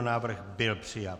Návrh byl přijat.